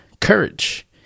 courage